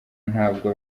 ntabwo